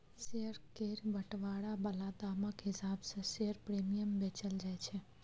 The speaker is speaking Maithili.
शेयर केर बंटवारा बला दामक हिसाब सँ शेयर प्रीमियम बेचल जाय छै